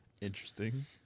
Interesting